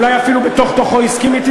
אולי אפילו בתוך תוכו הסכים אתי,